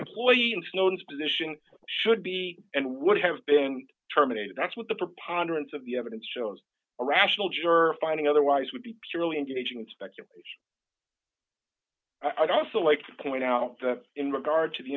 position should be and would have been terminated that's what the preponderance of the evidence shows a rational juror finding otherwise would be purely engaging speculation i'd also like to point out that in regard to the